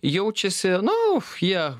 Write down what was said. jaučiasi nu jie